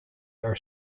are